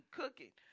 cooking